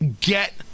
get